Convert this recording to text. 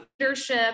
leadership